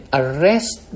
arrest